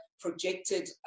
projected